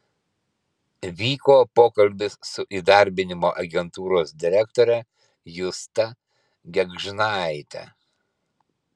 vyko pokalbis su įdarbinimo agentūros direktore justa gėgžnaite